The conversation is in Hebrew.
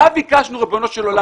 מה ביקשנו, ריבונו של עולם?